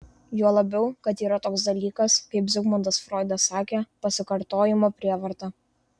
juo labiau kad yra toks dalykas kaip zigmundas froidas sakė pasikartojimo prievarta